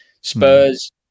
Spurs